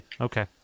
okay